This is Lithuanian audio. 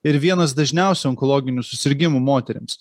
ir vienas dažniausių onkologinių susirgimų moterims